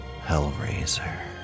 Hellraiser